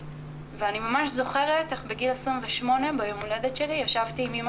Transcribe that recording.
ואני ממש זוכרת איך בגיל 28 ביום הולדת שלי ישבתי עם אמא